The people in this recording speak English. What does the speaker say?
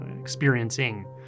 experiencing